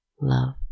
love